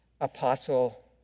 Apostle